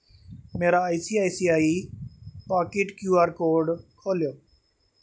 मेरा ICICI Pockets QR code खोह्ल्लेओ